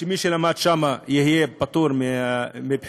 שמי שלמד בהן יהיה פטור מבחינה,